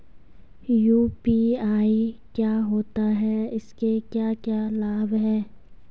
UPI क्या होता है इसके क्या क्या लाभ हैं?